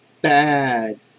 bad